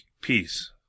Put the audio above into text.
peace